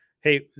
Hey